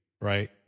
Right